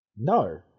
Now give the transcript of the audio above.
no